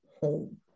home